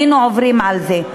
היינו עוברים על זה.